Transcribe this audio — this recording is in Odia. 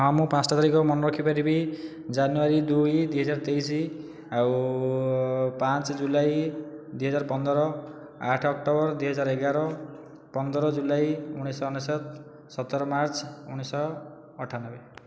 ହଁ ମୁଁ ପାଞ୍ଚଟା ତାରିଖ ମନେ ରଖିପାରିବି ଜାନୁଆରୀ ଦୁଇ ଦୁଇ ହଜାର ତେଇଶି ଆଉ ପାଞ୍ଚ ଜୁଲାଇ ଦୁଇ ହଜାର ପନ୍ଦର ଆଠ ଅକ୍ଟୋବର ଦୁଇ ହଜାର ଏଗାର ପନ୍ଦର ଜୁଲାଇ ଉଣେଇଶହ ଅନେଶ୍ୱତ ସତର ମାର୍ଚ୍ଚ ଉଣେଇଶହ ଅଠାନବେ